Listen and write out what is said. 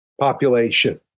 population